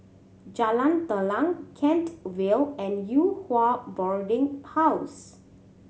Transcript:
Jalan Telang Kent Vale and Yew Hua Boarding House